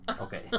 Okay